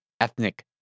ethnic